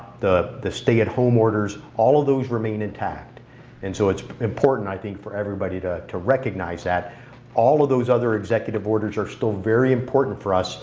the the stay at home orders, all of those remain intact and so it's important i think for everybody to to recognize that all of those other executive orders are still very important for us